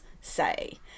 say